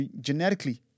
genetically